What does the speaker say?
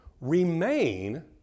remain